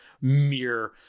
mere